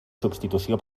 substitució